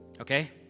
Okay